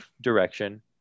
direction